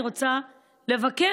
אני רוצה לבקר,